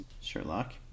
Sherlock